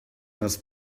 must